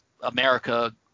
America